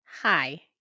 Hi